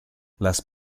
las